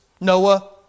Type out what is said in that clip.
Noah